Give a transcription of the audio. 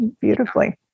beautifully